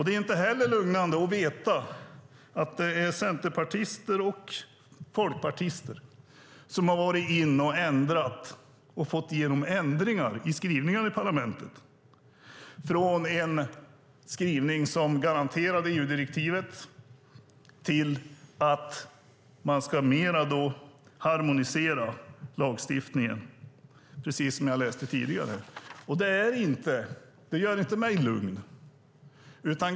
Det är inte heller lugnande att veta att centerpartister och folkpartister har fått igenom ändringar i skrivningar i parlamentet från en skrivning som garanterade EU-direktivet till att man mer ska harmonisera lagstiftningen. Det gör inte mig lugn.